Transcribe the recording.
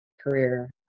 career